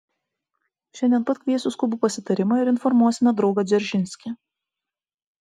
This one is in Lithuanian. šiandien pat kviesiu skubų pasitarimą ir informuosime draugą dzeržinskį